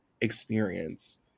experience